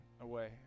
away